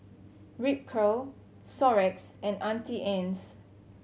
Ripcurl Xorex and Auntie Anne's